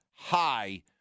high